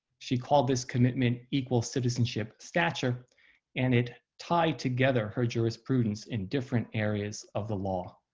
she called this commitment equal citizenship stature and it tied together her jurisprudence in different areas of the law,